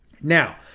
Now